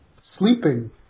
Sleeping